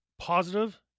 positive